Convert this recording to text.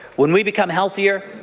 when we become healthier,